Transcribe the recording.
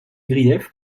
griefs